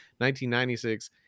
1996